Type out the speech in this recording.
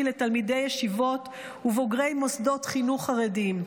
לתלמידי ישיבות ובוגרי מוסדות חינוך חרדיים.